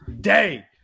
day